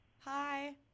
Hi